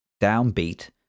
downbeat